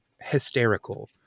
hysterical